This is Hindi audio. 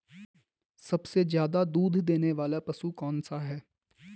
सबसे ज़्यादा दूध देने वाला पशु कौन सा है?